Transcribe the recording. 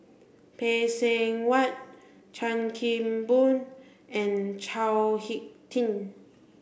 Phay Seng Whatt Chan Kim Boon and Chao Hick Tin